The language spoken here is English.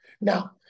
Now